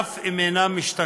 כי בעצם מה נאמר פה?